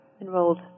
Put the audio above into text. enrolled